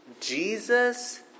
Jesus